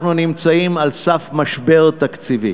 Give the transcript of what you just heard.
אנחנו נמצאים על סף משבר תקציבי.